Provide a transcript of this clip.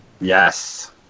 Yes